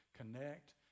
connect